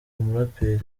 umuraperi